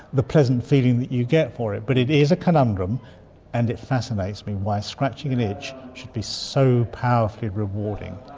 the pleasant feeling that you get from it. but it is a conundrum and it fascinates me why scratching an itch should be so powerfully rewarding.